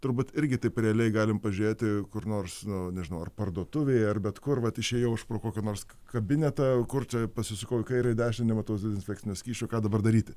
turbūt irgi taip realiai galim pažiūrėti kur nors nu nežinau ar parduotuvėj ar bet kur vat išėjau iš pro kokį nors kabinetą kur čia pasisukau į kairę į dešinę nematau dezinfekcinio skysčio ką dabar daryti